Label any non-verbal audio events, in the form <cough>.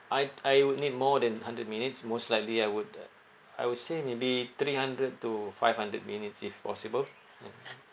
I'd I would need more than hundred minutes most likely I would uh I would say maybe three hundred to five hundred minutes if possible <laughs>